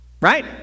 Right